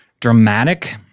dramatic